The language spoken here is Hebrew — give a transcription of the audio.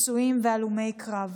פצועים והלומי קרב.